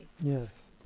Yes